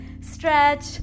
Stretch